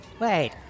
Wait